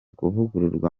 kuvugururwa